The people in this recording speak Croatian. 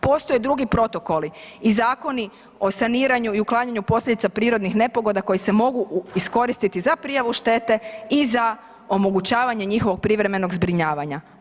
Postoje drugi protokoli i zakoni o saniranju i uklanjanju posljedica prirodnih nepogoda koji se mogu iskoristiti za prijavu štete i za omogućavanje njihovog privremenog zbrinjavanja.